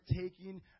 taking